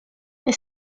they